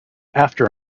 after